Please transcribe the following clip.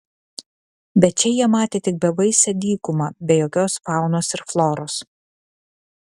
bet čia jie matė tik bevaisę dykumą be jokios faunos ir floros